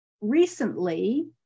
recently